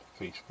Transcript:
Facebook